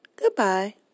Goodbye